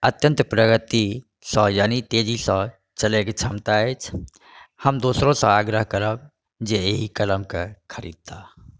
अत्यन्त प्रगतिसँ यानि तेजीसँ चलैके क्षमता अछि हम दोसरो से आग्रह करब जे एहि कलमकेँ खरिदताह